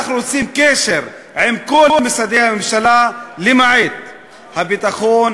אנחנו רוצים קשר עם כל משרדי הממשלה למעט הביטחון,